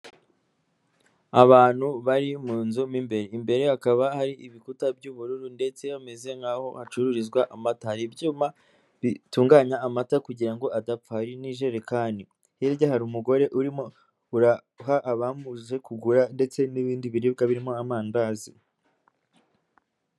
Abantu bari m'inzu m'imbere hakaba hari ibikuta by'ubururu ndetse hameze nk'aho hacururizwa amata hari ibyuma bitunganya amata kugira ngo adapfa hari n'ijerekani hirya hari umugore urimo uraha abamuze kugura, ndetse n'ibindi biribwa birimo amandazi.